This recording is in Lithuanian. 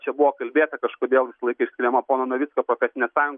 čia buvo kalbėta kažkodėl visą laiką išskiriama pono navicko profesinė sąjunga